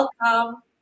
welcome